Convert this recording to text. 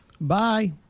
Bye